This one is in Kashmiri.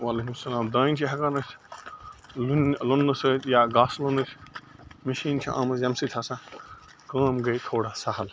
وعلیکُم السَلام دانہِ چھِ ہیٚکان أسۍ لوننہٕ سۭتۍ یا گاسہٕ لوننٕچۍ مِشیٖن چھِ آمٕژ ییٚمہِ سۭتۍ ہَسا کٲم گٔے تھوڑا سہَل